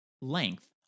length